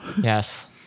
yes